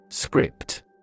Script